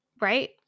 Right